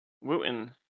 Wooten